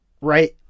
right